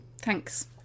Thanks